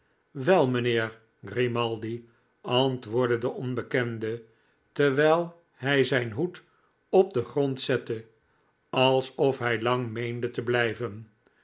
wel mijnheer grimaldi antwoordde de onbekende terwijl hij zijn hoed op den grond zette alsof hij lang meende teblijven